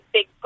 Big